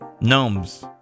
Gnome's